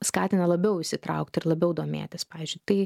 skatina labiau įsitraukti ir labiau domėtis pavyzdžiui tai